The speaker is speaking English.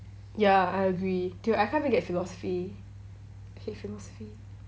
ya I agree dude I can't even get philosophy I hate philosophy